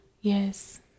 Yes